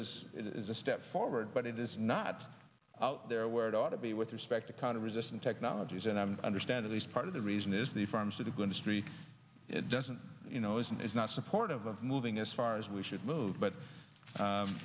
it is a step forward but it is not out there where it ought to be with respect to kind of resistant technologies and i'm understand at least part of the reason is the pharmaceutical industry doesn't you know isn't is not supportive of moving as far as we should move but